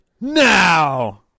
NOW